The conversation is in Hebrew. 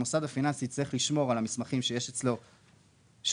שהמוסד הפיננסי יצטרך לשמור על המסמכים שהוא יאסוף